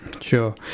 Sure